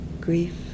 grief